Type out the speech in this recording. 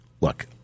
look